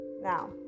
now